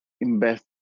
invest